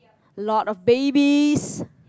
lot of babies